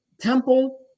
Temple